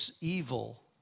evil